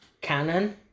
canon